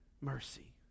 mercy